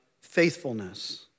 faithfulness